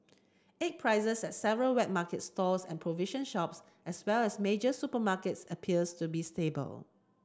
egg prices at several wet market stalls and provision shops as well as major supermarkets appears to be stable